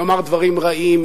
לומר דברים רעים,